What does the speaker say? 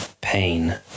pain